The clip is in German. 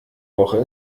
woche